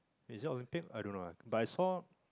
is it Olympic I don't know leh but I saw